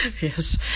yes